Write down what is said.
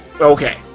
Okay